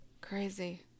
Crazy